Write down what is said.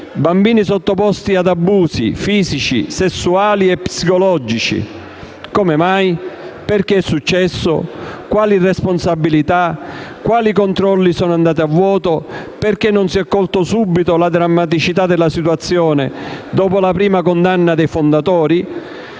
bambini sottoposti ad abusi fisici, sessuali e psicologici. Come mai? Perché è successo? Quali responsabilità ci sono state? Quali controlli sono andati a vuoto? Perché non si è colta subito la drammaticità della situazione, dopo la prima condanna dei fondatori?